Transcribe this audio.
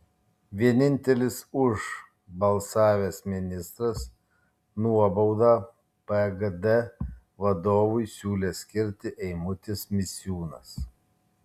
vienintelis už balsavęs ministras nuobaudą pagd vadovui siūlęs skirti eimutis misiūnas